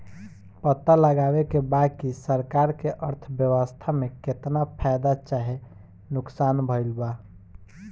पता लगावे के बा की सरकार के अर्थव्यवस्था में केतना फायदा चाहे नुकसान भइल बा